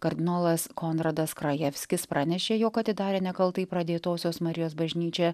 kardinolas konradas krajevskis pranešė jog atidarė nekaltai pradėtosios marijos bažnyčią